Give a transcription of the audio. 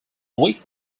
week